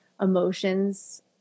emotions